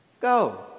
Go